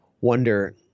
wonder